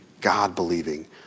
God-believing